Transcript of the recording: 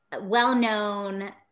well-known